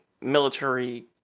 military